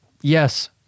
Yes